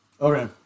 Okay